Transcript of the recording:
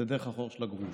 זה דרך החור של הגרוש,